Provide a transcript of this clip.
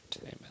Amen